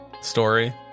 story